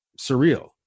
surreal